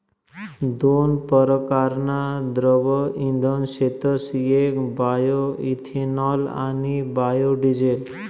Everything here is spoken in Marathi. दोन परकारना द्रव्य इंधन शेतस येक बायोइथेनॉल आणि बायोडिझेल